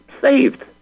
saved